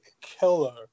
killer